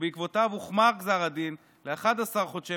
ובעקבותיו הוחמר גזר הדין ל-11 חודשי